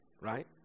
right